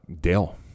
Dale